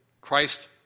Christ